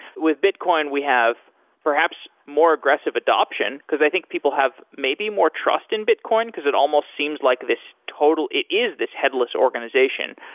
with bitcoin, we have perhaps more aggressive adoption, because i think people have maybe more trust in bitcoin, because it almost seems like this total it is this headless organization.